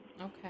Okay